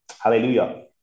Hallelujah